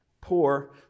Poor